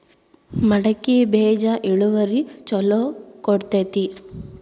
ಮಡಕಿ ಬೇಜ ಇಳುವರಿ ಛಲೋ ಕೊಡ್ತೆತಿ?